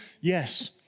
Yes